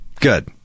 Good